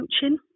coaching